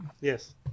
Yes